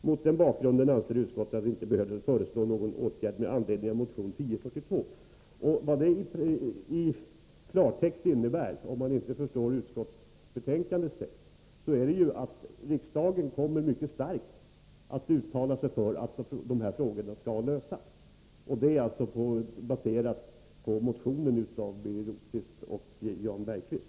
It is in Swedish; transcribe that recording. Mot den bakgrunden anser utskottet det inte behövligt att föreslå någon åtgärd med anledning av motion 1042.” Det innebär i klartext att riksdagen mycket starkt kommer att uttala sig för att dessa frågor skall lösas. Det uttalandet baseras på motionen av Birger Rosqvist och Jan Bergqvist.